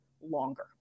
longer